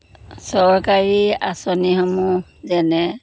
চৰকাৰী আঁচনিসমূহ যেনে